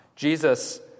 Jesus